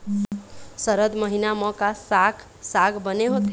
सरद महीना म का साक साग बने होथे?